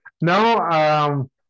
No